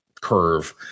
curve